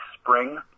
spring